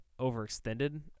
overextended